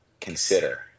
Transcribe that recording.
consider